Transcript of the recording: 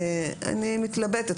אני מתלבטת.